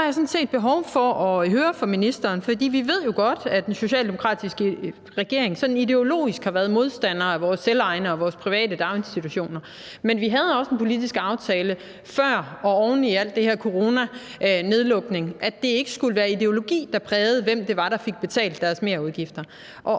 set behov for at høre ministeren om noget. Vi ved jo godt, at den socialdemokratiske regering ideologisk har været modstander af vores selvejende og vores private daginstitutioner, men vi havde også en politisk aftale før og oven i alt det her coronanedlukning, nemlig at det ikke skulle være ideologi, der prægede, hvem det var, der fik betalt deres merudgifter.